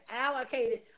allocated